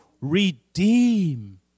redeem